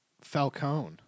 Falcone